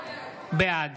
בעד